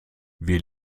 wir